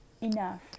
enough